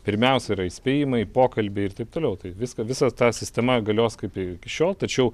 pirmiausia yra įspėjimai pokalbiai ir taip toliau tai viską visa ta sistema galios kaip ir iki šiol tačiau